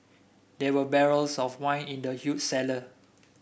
there were barrels of wine in the huge cellar